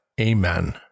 Amen